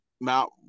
Mount